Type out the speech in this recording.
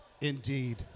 Indeed